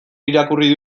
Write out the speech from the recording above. irakurri